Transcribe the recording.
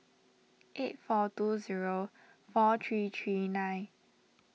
eight four two zero four three three nine